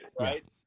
right